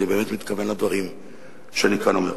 אני באמת מתכוון לדברים שאני כאן אומר.